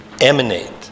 emanate